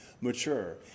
mature